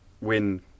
win